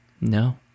no